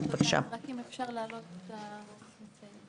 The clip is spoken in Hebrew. אני כתבתי את המסמך